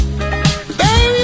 Baby